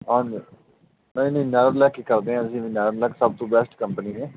ਹਾਂਜੀ ਨਹੀਂ ਨਹੀਂ ਨੇਰੋਲੈਕ ਹੀ ਕਰਦੇ ਹਾਂ ਅਸੀਂ ਵੀ ਨੇਰੋਲੈਕ ਸਭ ਤੋਂ ਬੈਸਟ ਕੰਪਨੀ ਹੈ